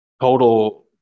total